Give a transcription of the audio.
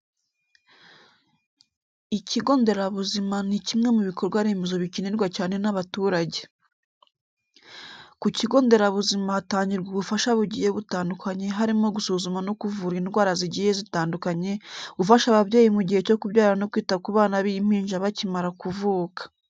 Ikigo nderabuzima ni kimwe mu bikorwa remezo bikenerwa cyane n'abaturage. Ku kigo nderabuzima hatangirwa ubufasha bugiye butandukanye harimo gusuzuma no kuvura indwara zigiye zitandukanye, gufasha ababyeyi mu gihe cyo kubyara no kwita ku bana b'impinja bakimara kuvuka.